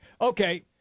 Okay